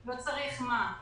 לא צריך מה?